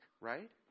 Right